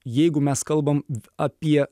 jeigu mes kalbam apie